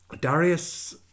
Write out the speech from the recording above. Darius